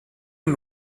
and